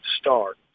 start